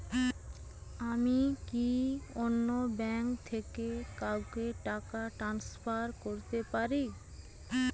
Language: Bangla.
আমি কি অন্য ব্যাঙ্ক থেকে কাউকে টাকা ট্রান্সফার করতে পারি?